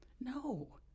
No